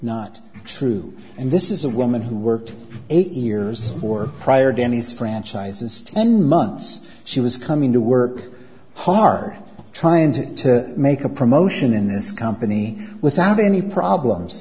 not true and this is a woman who worked eight years or prior denny's franchises ten months she was coming to work hard trying to make a promotion in this company without any problems